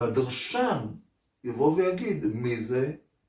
הדרשם יבוא ויגיד מי זה?